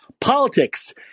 Politics